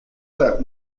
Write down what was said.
that